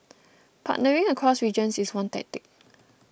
partnering across regions is one tactic